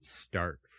start